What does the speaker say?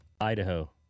Idaho